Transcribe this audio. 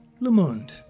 Lumund